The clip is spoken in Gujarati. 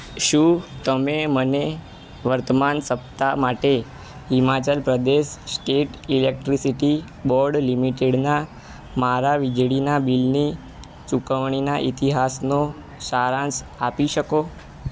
શું તમે મને વર્તમાન સપ્તાહ માટે Himachal Pradesh state electricity board લિમિટેડના મારા વીજળીનાં બિલની ચૂકવણીના ઇતિહાસનો સારાંશ આપી શકો